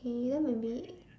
okay then maybe